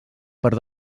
per